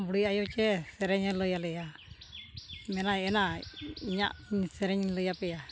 ᱵᱩᱲᱦᱤ ᱟᱭᱳ ᱪᱮ ᱥᱮᱨᱮᱧᱮ ᱞᱟᱹᱭᱟᱞᱮᱭᱟ ᱢᱮᱱᱟᱭ ᱮᱱᱟ ᱤᱧᱟᱹᱜ ᱥᱮᱨᱮᱧ ᱞᱟᱹᱭᱟᱯᱮᱭᱟ